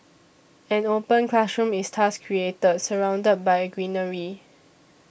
an open classroom is thus created surrounded by greenery